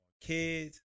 kids